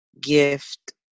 gift